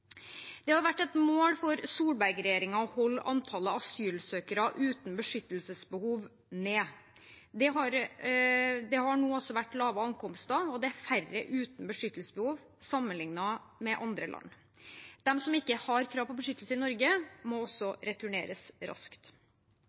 Det har vært et mål for Solberg-regjeringen å holde antallet asylsøkere uten beskyttelsesbehov nede. Det har også vært et lavt antall ankomster, og det er færre uten beskyttelsesbehov sammenliknet med andre land. De som ikke har krav på beskyttelse i Norge, må returneres raskt.